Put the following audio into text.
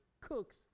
cooks